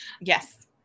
yes